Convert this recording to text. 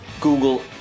Google